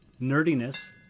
nerdiness